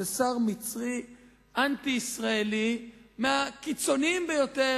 שזה שר מצרי אנטי-ישראלי מהקיצוניים ביותר,